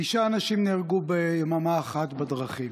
תשעה אנשים נהרגו ביממה אחת בדרכים.